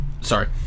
sorry